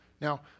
Now